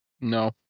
No